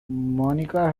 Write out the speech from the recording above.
monika